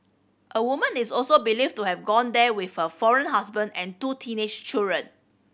a woman is also believed to have gone there with her foreign husband and two teenage children